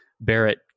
Barrett